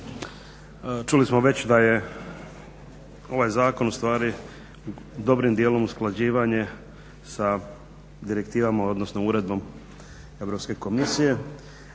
Čuli smo već da je ovaj zakon ustvari dobrim dijelom usklađivanje sa direktivama odnosno uredbom Europske komisije,